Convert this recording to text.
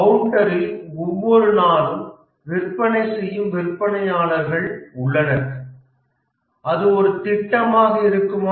கவுண்டரில் ஒவ்வொரு நாளும் விற்பனை செய்யும் விற்பனையாளர்கள் உள்ளனர் அது ஒரு திட்டமாக இருக்குமா